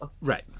Right